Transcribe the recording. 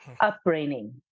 upbringing